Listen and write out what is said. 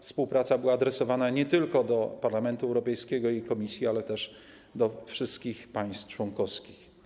Wezwanie było adresowane nie tylko do Parlamentu Europejskiego i Komisji, ale też do wszystkich państw członkowskich.